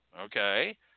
okay